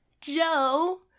Joe